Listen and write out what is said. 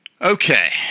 Okay